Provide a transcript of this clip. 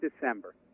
December